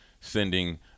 sending